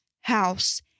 house